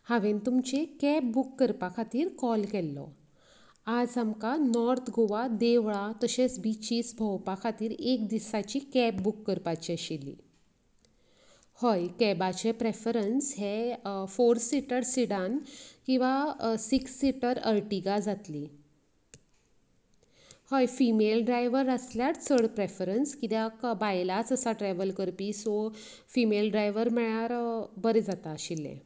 हांवेन तुमची cab book करपा खातीर कॉल केल्लो आज आमकां नोर्थ गोवा देवळां तशेंच बिचीज भोंवपा खातीर एक दिसाची कॅब बूक करपाची आशिल्ली हय केबाचें प्रेफरन्स हें फॉर सिटर सिडान किंवां सिक्स सिटर अर्टिगा जातली हय फिमेल ड्रायव्हर आसल्यार चड प्रेफरन्स कित्याक बायलांच आसा ट्रेव्हल करपी सो फिमेल ड्रायव्हर मेळ्ळ्यार बरें जाता आशिल्लें